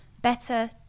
better